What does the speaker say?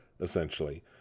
essentially